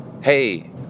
hey